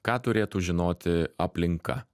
ką turėtų žinoti aplinka